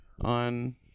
on